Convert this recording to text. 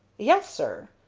yes, sir.